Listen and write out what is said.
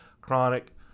chronic